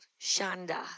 Shanda